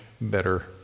better